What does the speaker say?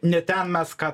ne ten mes ką